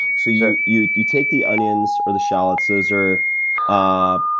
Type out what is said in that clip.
so, yeah you you take the onions or the shallots. those are ah